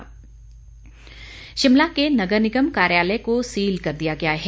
नगर निगम शिमला के नगर निगम कार्यालय को सील कर दिया गया है